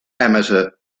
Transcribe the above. amateur